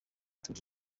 tour